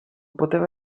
poteva